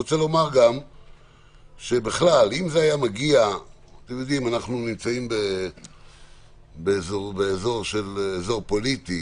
אנחנו נמצאים באזור פוליטי